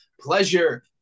Pleasure